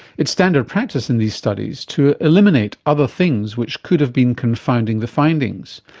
it's standard practice in these studies to eliminate other things which could have been confounding the findings.